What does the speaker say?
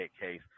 case